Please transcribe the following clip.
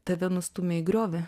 tave nustūmė į griovį